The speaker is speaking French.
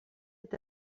est